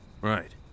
Right